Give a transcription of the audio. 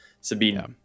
Sabina